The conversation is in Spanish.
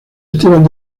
esteban